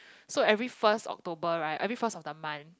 so every first October right every first of the month